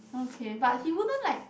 okay but he wouldn't like